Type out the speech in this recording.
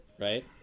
Right